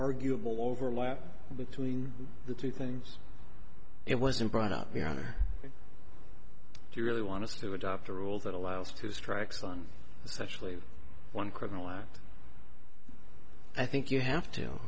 arguable overlap between the two things it wasn't brought up your honor if you really want to adopt a rule that allows two strikes on especially one criminal act i think you have to